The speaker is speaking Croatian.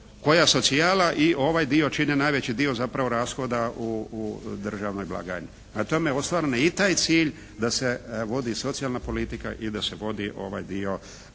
koja socijala i ovaj dio čine najveći dio zapravo rashoda u državnoj blagajni. Prema tome ostvaren je i taj cilj da se vodi socijalna politika i da se vodi ovaj dio